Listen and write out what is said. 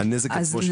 הנזק עצמו.